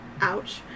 Ouch